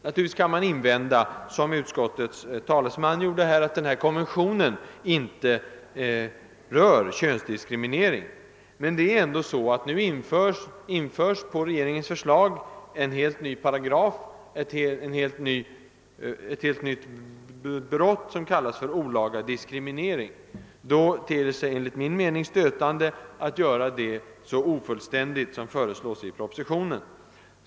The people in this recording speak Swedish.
Naturligtvis kan man, såsom utskottets talesman gjorde, invända att konventionen inte rör könsdiskriminering. Men nu införs på regeringens förslag en helt ny paragraf om ett helt nytt brott som kallas olaga diskriminering. Då är det enligt min mening stötande att göra den så ofullständig som föreslås i propositionen.